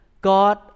God